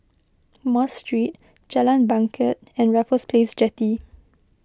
Mosque Street Jalan Bangket and Raffles Place Jetty